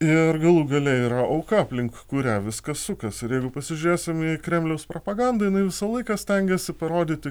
ir galų gale yra auka aplink kurią viskas sukasi ir jeigu pasižiūrėsim į kremliaus propagandą jinai visą laiką stengiasi parodyti